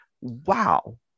wow